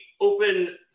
open